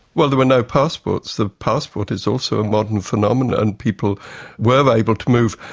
well, there were no passports. the passport is also modern phenomenon, and people were able to move.